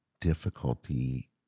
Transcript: difficulty